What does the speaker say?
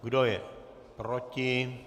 Kdo je proti?